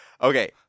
Okay